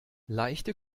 leichte